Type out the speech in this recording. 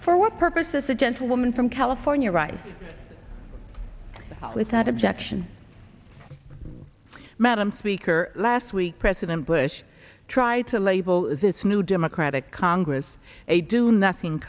for what purposes the gentlewoman from california writes without objection madam speaker last week president bush tried to label is this new democratic congress a do nothing